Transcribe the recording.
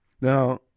Now